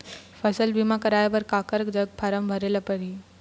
फसल बीमा कराए बर काकर जग फारम भरेले पड़ही?